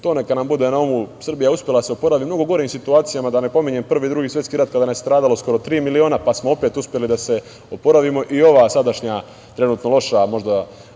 To neka nam bude na umu. Srbija je uspela da se oporavi u mnogo gorim situacijama, da ne pominjem Prvi i Drugi svetski rat kada nas je stradalo skoro tri miliona, pa smo opet uspeli da se oporavimo. I ova sadašnja trenutno loša, može